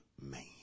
man